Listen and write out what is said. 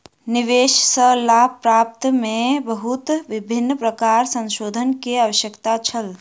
निवेश सॅ लाभ प्राप्ति में बहुत विभिन्न प्रकारक संशोधन के आवश्यकता छल